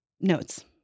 notes